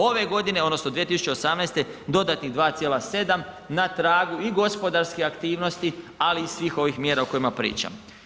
Ove godine odnosno 2018. dodatnih 2,7 na tragu i gospodarskih aktivnosti, ali i svih ovih mjera o kojima pričam.